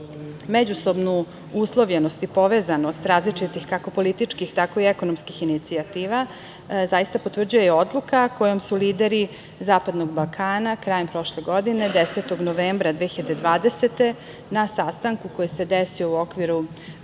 Međusobnu uslovljenost i povezanost različitih, kako političkih, tako i ekonomskih inicijativa, zaista potvrđuje i odluka kojom su lideri zapadnog Balkana krajem prošle godine, 10. novembra 2020. godine, na sastanku koji se desio u okviru,